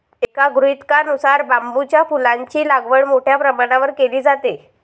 एका गृहीतकानुसार बांबूच्या फुलांची लागवड मोठ्या प्रमाणावर केली जाते